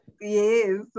Yes